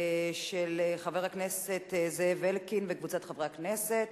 של חבר הכנסת זאב אלקין וקבוצת חברי הכנסת.